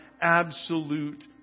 absolute